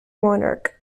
monarch